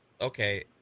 okay